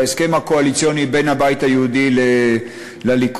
להסכם הקואליציוני בין הבית היהודי לליכוד,